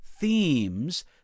themes